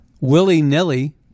willy-nilly